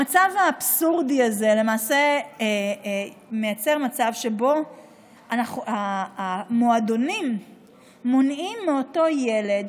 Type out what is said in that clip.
המצב האבסורדי הזה למעשה מייצר מצב שבו המועדונים מונעים מאותו ילד